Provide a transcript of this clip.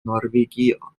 norvegio